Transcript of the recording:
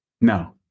No